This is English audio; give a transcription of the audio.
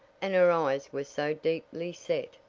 and her eyes were so deeply set.